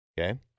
okay